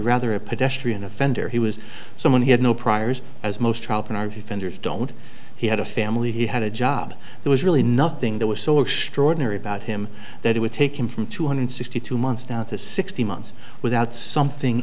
rather a pedestrian offender he was someone he had no priors as most child an r v fenders don't he had a family he had a job there was really nothing that was so extraordinary about him that it would take him from two hundred sixty two months down to sixty months without something